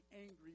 angry